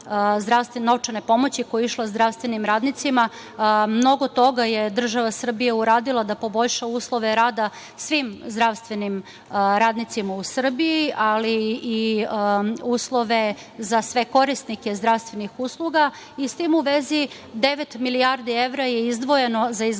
novčane pomoći koja je išla zdravstvenim radnicima, mnogo toga je država Srbija uradila da poboljša uslove rada svim zdravstvenim radnicima u Srbiji, ali i uslove za sve korisnike zdravstvenih usluga. S tim u vezi, devet milijardi evra je izdvojeno za izgradnju